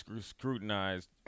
scrutinized